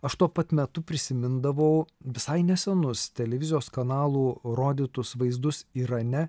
aš tuo pat metu prisimindavau visai nesenus televizijos kanalų rodytus vaizdus irane